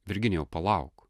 virginijau palauk